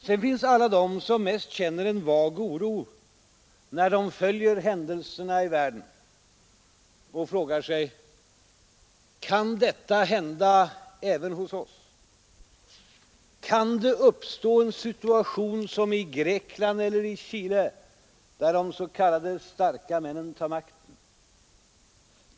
Sedan finns alla de som mest känner en vag oro när de följer händelserna i världen och frågar sig: Kan detta hända även hos oss? Kan det uppstå en situation som i Grekland eller i Chile där de s.k. starka männen tar makten?